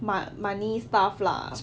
mo~ money stuff lah